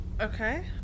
okay